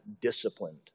disciplined